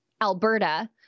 Alberta